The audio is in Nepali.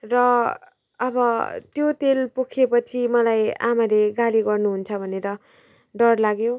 र अब त्यो तेल पोखिएपछि मलाई आमाले गाली गर्नुहुन्छ भनेर डर लाग्यो